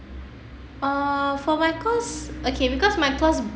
uh for my course okay because my course